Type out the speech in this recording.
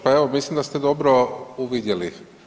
Pa evo, mislim da ste dobro uvidjeli.